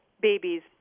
babies